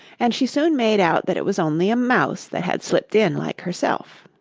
and she soon made out that it was only a mouse that had slipped in like herself.